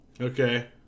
Okay